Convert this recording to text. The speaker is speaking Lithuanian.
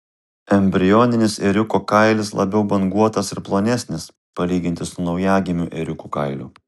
embrioninis ėriuko kailis labiau banguotas ir plonesnis palyginti su naujagimių ėriukų kailiu